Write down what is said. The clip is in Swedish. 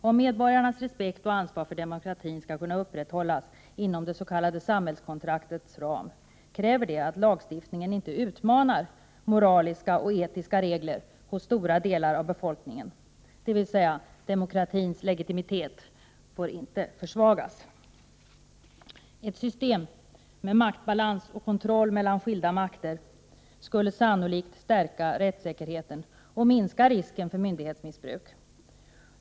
Om medborgarnas respekt och ansvar för demokratin skall kunna upprätthållas inom det s.k. samhällskontraktets ram krävs att lagstiftningen inte utmanar moraliska och etiska regler hos stora delar av befolkningen, dvs. demokratins legitimitet får inte försvagas. Ett system med maktbalans och kontroll mellan skilda makter skulle sannolikt stärka rättssäkerheten och minska risken för myndighetsmissbruk.